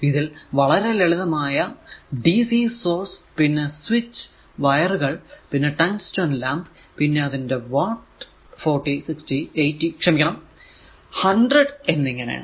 ഇതിൽ വളരെ ലളിതമായ ഡിസി സോഴ്സ് പിന്നെ സ്വിച്ച് വയറുകൾ പിന്നെ ടങ്സ്റ്റൻ ലാമ്പ് പിന്നെ അതിന്റെ വാട്ട് 4060 80 ക്ഷമിക്കണം 100 എന്നിങ്ങനെയാണ്